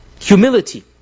humility